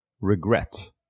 regret